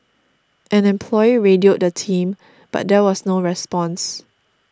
an employee radioed the team but there was no response